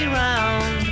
round